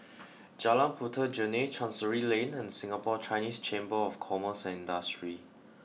Jalan Puteh Jerneh Chancery Lane and Singapore Chinese Chamber of Commerce and Industry